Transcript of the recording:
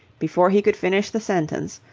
before he could finish the sentence,